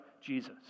Jesus